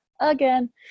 again